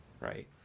Right